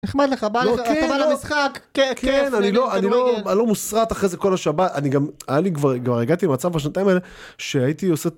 נחמד לך, בא לך - לא, כן, לא - אתה בא למשחק, כיף - כן, אני לא, אני לא, אני לא מוסרט אחרי זה כל השבת, אני גם, היה לי כבר, כבר הגעתי למצב בשנתיים האלה, שהייתי עושה...